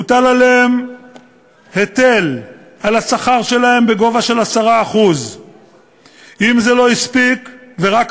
הוטל עליהם היטל על השכר שלהם בגובה של 10%. רק עליהם,